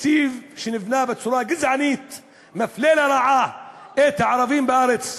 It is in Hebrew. תקציב שנבנה בצורה גזענית ומפלה לרעה את הערבים בארץ.